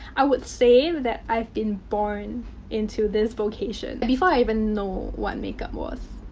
i would say that i've been born into this vocation. and, before i even know what makeup was,